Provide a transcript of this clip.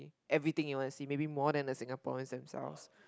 everything you want to see maybe more than the Singaporeans themselves